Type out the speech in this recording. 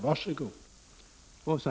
Varsågoda!